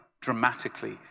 dramatically